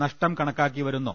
നഷ്ടം കണക്കാ ക്കിവരുന്നു